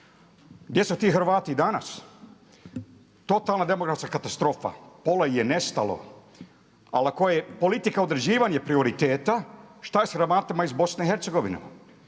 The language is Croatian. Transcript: Gdje su ti Hrvati danas? Totalna demografska katastrofa. Pola ih je nestalo. Ali ako je politika određivanje prioriteta šta je sa …/Govornik se ne